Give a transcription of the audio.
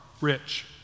rich